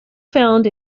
found